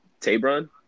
Tabron